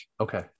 Okay